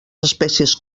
espècies